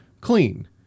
clean